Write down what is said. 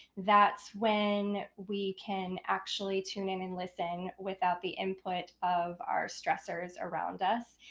that's when we can actually tune in and listen without the input of our stressors around us.